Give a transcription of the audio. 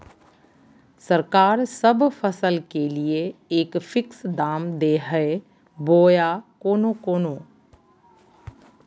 सरकार सब फसल के लिए एक फिक्स दाम दे है बोया कोनो कोनो?